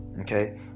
Okay